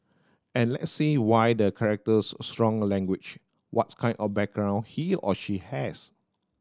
and let's see why the characters strong language what's kind of background he or she has